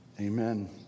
Amen